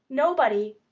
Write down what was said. nobody,